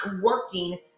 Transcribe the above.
working